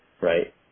right